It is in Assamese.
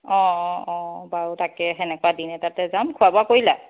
অ অ অ বাৰু তাকেই সেনেকুৱা দিন এটাতে যাম খোৱা বোৱা কৰিলা